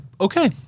okay